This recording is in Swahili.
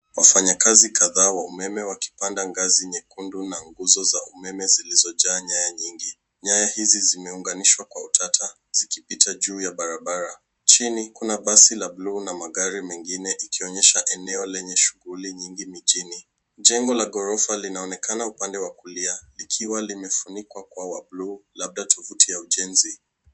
Wafanyakazi kadhaa wa umeme wakipanda ngazi nyekundu na nguzo za umeme zilizojaa nyaya nyingi. Nyaya hizi zimeunganishwa kwa utata zikipita juu ya barabara. Chini kuna basi la buluu na magari mengine ikionyesha eneo lenye shughuli nyingi mjini. Jengo la ghorofa linaonekana upande wa kulia likiwa limefunikwa kwa wa buluu labda tovuti ya ujenzi.